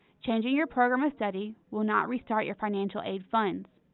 changing your program of study will not restart your financial aid funds.